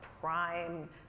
prime